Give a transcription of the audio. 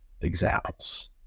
examples